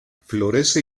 florece